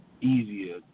easier